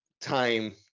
time